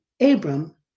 Abram